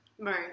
Right